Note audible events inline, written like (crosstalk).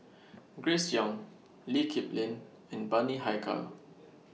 (noise) Grace Young Lee Kip Lin and Bani Haykal (noise)